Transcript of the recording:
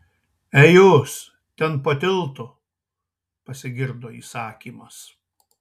ei jūs ten po tiltu pasigirdo įsakymas